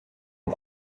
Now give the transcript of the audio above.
ont